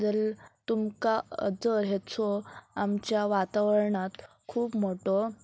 जर तुमकां जर हाचो आमच्या वातावरणांत खूब मोटो